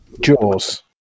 Jaws